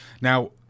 now